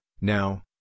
now